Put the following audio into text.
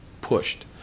pushed